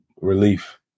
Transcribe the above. relief